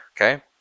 okay